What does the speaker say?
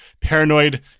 paranoid